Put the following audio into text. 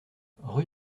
rue